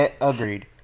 Agreed